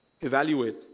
evaluate